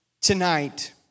tonight